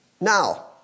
Now